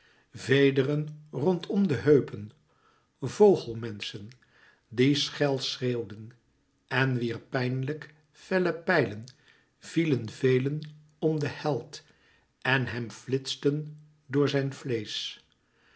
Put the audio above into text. vederen rondom de heupen vogelmenschen die schel schreeuwden en wier pijnlijk felle pijlen vielen velen om den held en hem flitsten door zijn vleesch